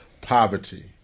poverty